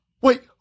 Wait